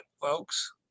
folks